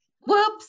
whoops